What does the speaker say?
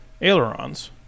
ailerons